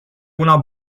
una